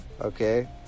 Okay